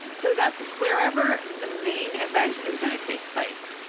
so that's wherever the main event is gonna take place.